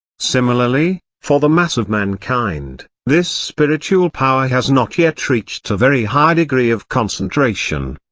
similarly, for the mass of mankind, this spiritual power has not yet reached a very high degree of concentration.